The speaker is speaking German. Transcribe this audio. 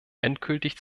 endgültig